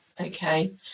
okay